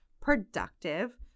productive